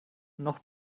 noch